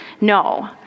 No